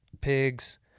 pigs